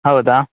ಹೌದಾ